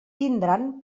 tindran